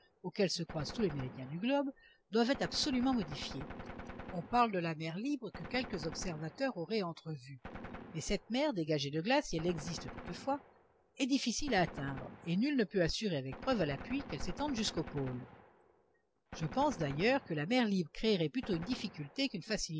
auquel se croisent tous les méridiens du globe doivent être absolument modifiés on parle de la mer libre que quelques observateurs auraient entrevue mais cette mer dégagée de glaces si elle existe toutefois est difficile à atteindre et nul ne peut assurer avec preuves à l'appui qu'elle s'étende jusqu'au pôle je pense d'ailleurs que la mer libre créerait plutôt une difficulté qu'une